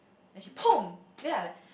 then she poom then I like